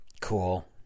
Cool